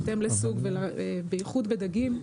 במיוחד בדגים,